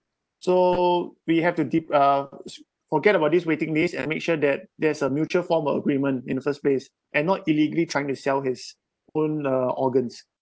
so we have to de~ uh forget about this waiting list and make sure that there's a mutual form of agreement in the first place and not illegally trying to sell his own uh organs